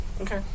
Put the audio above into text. Okay